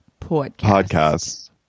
podcast